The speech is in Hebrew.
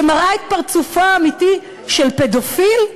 שמראה את פרצופו האמיתי של פדופיל,